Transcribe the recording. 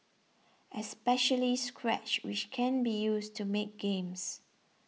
especially scratch which can be used to make games